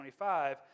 25